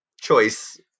choice